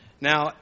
now